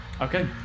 Okay